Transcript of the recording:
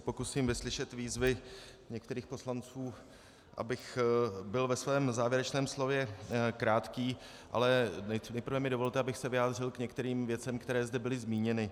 Pokusím se vyslyšet výzvy některých poslanců, abych byl ve svém závěrečném slově krátký, ale nejprve mi dovolte, abych se vyjádřil k některým věcem, které zde byly zmíněny.